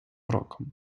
роком